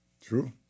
True